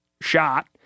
shot